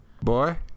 Boy